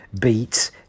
beats